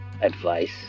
advice